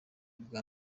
bwa